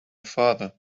farther